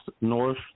North